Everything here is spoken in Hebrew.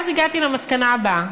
ואז הגעתי למסקנה הבאה.